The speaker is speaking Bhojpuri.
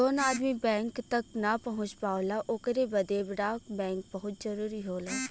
जौन आदमी बैंक तक ना पहुंच पावला ओकरे बदे डाक बैंक बहुत जरूरी होला